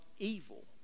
evil